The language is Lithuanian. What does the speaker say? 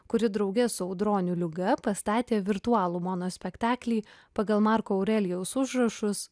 kuri drauge su audroniu liuga pastatė virtualų monospektaklį pagal marko aurelijaus užrašus